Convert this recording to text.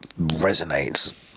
resonates